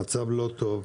המצב לא טוב.